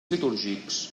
litúrgics